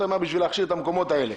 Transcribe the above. מהר בשביל להכשיר את המקומות האלה.